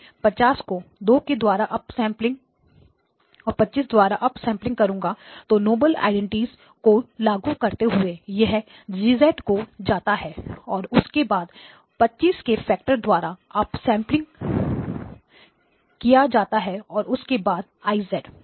मैं 50 को 2 के द्वारा अप सैंपलिंग और 25 के द्वारा अप सैंपलिंग करूँगा तो नोबल आइडेंटिटी को लागू करते हुए यह G हो जाता है और उसके बाद 25 के फैक्टर द्वारा अप सैंपलिंग किया जाता है और उसके बाद I